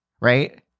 right